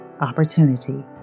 Opportunity